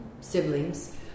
siblings